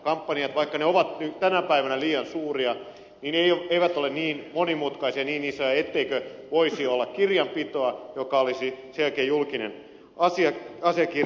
kampanjat vaikka ne ovat tänä päivänä liian suuria eivät ole niin monimutkaisia niin isoja etteikö voisi olla kirjanpitoa joka olisi sen jälkeen julkinen asiakirja